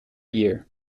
year